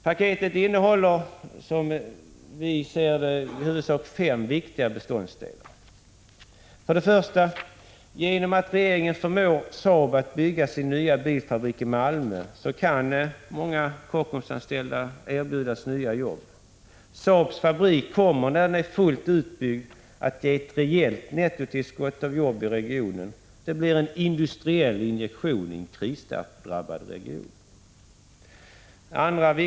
Paketet innehåller fem viktiga beståndsdelar: 1. Genom att regeringen förmår Saab att bygga sin nya bilfabrik i Malmö kan många Kockumsanställda erbjudas nya jobb. Saabs fabrik kommer, när den är fullt utbyggd, att ge ett rejält nettotillskott av jobb i regionen. Det blir en industriell injektion i en krisdrabbad region.